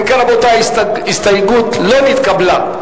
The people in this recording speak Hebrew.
אם כן, רבותי, ההסתייגות לא נתקבלה.